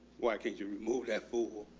why can't you remove that food